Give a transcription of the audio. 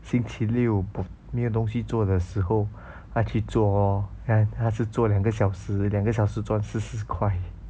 星期六没有东西做的时候他去做 lor 看他是做两个小时两个小时赚四十块